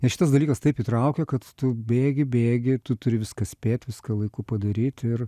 ir šitas dalykas taip įtraukia kad tu bėgi bėgi tu turi viską spėt viską laiku padaryt ir